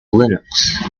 linux